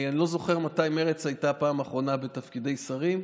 אני לא זוכר מתי מרצ הייתה בפעם האחרונה בתפקידי שרים.